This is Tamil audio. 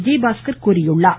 விஜயபாஸ்கர் தெரிவித்திருக்கிறார்